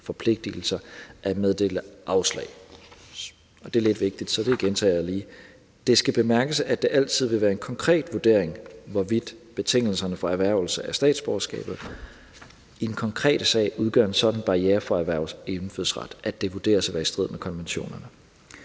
forpligtelser at meddele afslag. Det er lidt vigtigt, så det gentager jeg lige: Det skal bemærkes, at det altid vil være en konkret vurdering, hvorvidt betingelserne for erhvervelse af statsborgerskabet i den konkrete sag udgør en sådan barriere for at erhverve indfødsret, at det vurderes at være i strid med konventionerne.